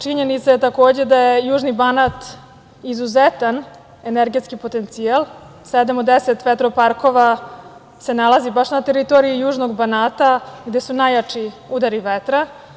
Činjenica je takođe da je južni Banat izuzetan energetski potencijal, sedam od 10 vetroparkova se nalazi baš na teritoriji južnog Banata, gde su najjači udari vetra.